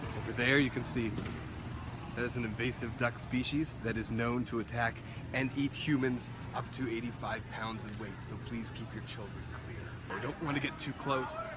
there you can see there's an invasive duck species that is known to attack and eat humans up to eighty five pounds of and weight. so please keep your children clear. don't want to get too close.